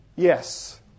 Yes